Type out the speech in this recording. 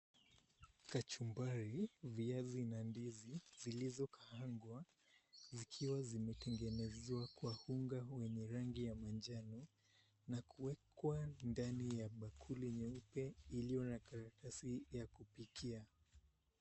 Kachumbari viazi na ndizi zilizokaangwa zikiwa zimetengenezewa kwa unga wenye rangi ya manjano na kuwekwa ndani ya bakuli nyeupe iliyo na karatasi ya kupikia.